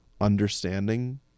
understanding